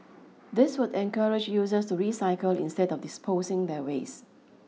this would encourage users to recycle instead of disposing their waste